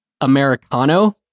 Americano